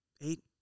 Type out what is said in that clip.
Eight